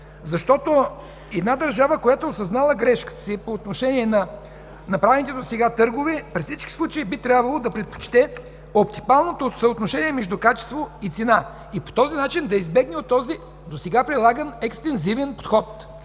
защото една държава, която е осъзнала грешката си по отношение на направените досега търгове, при всички случаи би трябвало да предпочете оптималното съотношение между качество и цена. И по този начин да избегне този досега прилаган екстензивен подход.